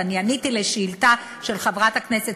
ואני עניתי על השאילתה של חברת הכנסת